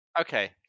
Okay